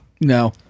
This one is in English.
no